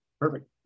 perfect